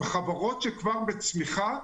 בחברות שכבר בצמיחה,